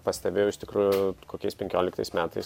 pastebėjau iš tikrųjų kokiais penkioliktais metais